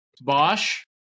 Bosch